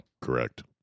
Correct